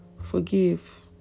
Forgive